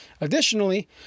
Additionally